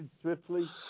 swiftly